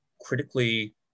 critically